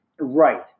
Right